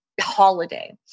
Holiday